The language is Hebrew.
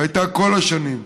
הייתה כל השנים,